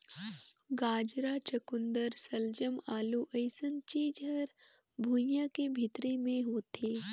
गाजरा, चकुंदर सलजम, आलू अइसन चीज हर भुइंयां के भीतरी मे होथे